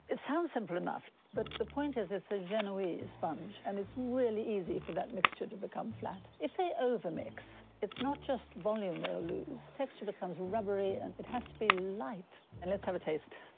it sounds simple enough but the point is it's a genuine sponge and it's really easy for that mixture to become flat if it over mix. it's not just volume they'll lose. texture becomes rubbery. and it has to be light and let's have a taste